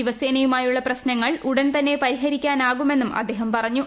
ശിവസേനയുമായുള്ള പ്രശ്നങ്ങൾ ഉടൻ തന്നെ പരിഗണിക്കാനാവുമെന്നും അദ്ദേഹം പറഞ്ഞു